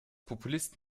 populist